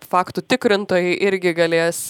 faktų tikrintojai irgi galės